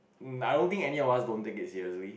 I don't think any of us don't take it seriously